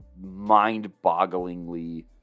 mind-bogglingly